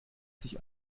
sich